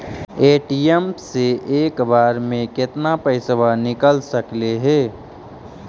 ATM से एक बार मे केतना पैसा निकल सकले हे?